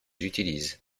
utilisent